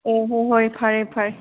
ꯑꯣ ꯍꯣꯏ ꯍꯣꯏ ꯐꯔꯦ ꯐꯔꯦ